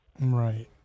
Right